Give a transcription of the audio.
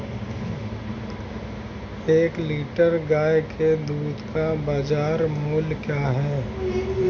एक लीटर गाय के दूध का बाज़ार मूल्य क्या है?